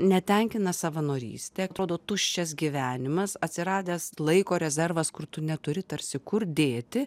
netenkina savanorystė atrodo tuščias gyvenimas atsiradęs laiko rezervas kur tu neturi tarsi kur dėti